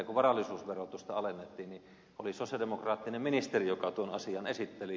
kun varallisuusverotusta alennettiin niin se oli sosialidemokraattinen ministeri joka tuon asian esitteli